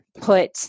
put